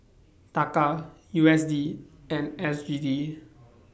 Taka U S D and S G D